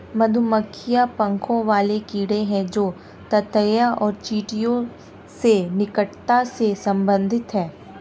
मधुमक्खियां पंखों वाले कीड़े हैं जो ततैया और चींटियों से निकटता से संबंधित हैं